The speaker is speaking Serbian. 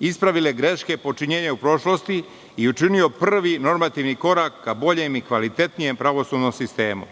ispravile greške počinjene u prošlosti i učinio prvi normativni korak ka boljem i kvalitetnijem pravosudnom sistemu.